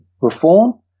reform